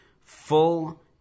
full